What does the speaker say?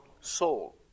soul